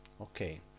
Okay